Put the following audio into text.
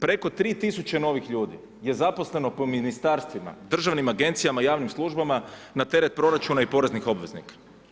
Preko 3.000 novih ljudi je zaposleno po Ministarstvima, državnim Agencijama, javnim službama na teret proračuna i poreznih obveznika.